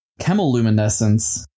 chemiluminescence